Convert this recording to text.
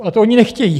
A to oni nechtějí!